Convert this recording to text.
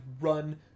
run